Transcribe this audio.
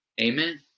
Amen